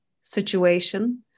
situation